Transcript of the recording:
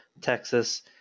Texas